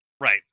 Right